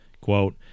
Quote